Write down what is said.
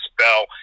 spell